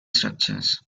structures